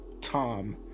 Tom